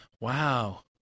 wow